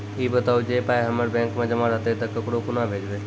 ई बताऊ जे पाय हमर बैंक मे जमा रहतै तऽ ककरो कूना भेजबै?